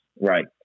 right